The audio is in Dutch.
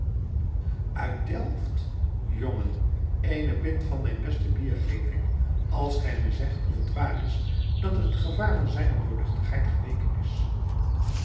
uit delft jongen eene pint van mijn beste bier geef ik als gij me zegt of het waar is dat het gevaar van zijne